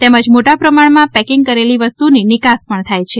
તેમજ મોટા પ્રમાણમાં પેકીગ કરેલી વસ્તુની નિકાસ પણ થાય છે